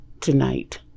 tonight